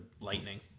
Lightning